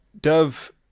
dove